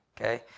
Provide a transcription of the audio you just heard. okay